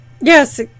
yes